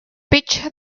pitch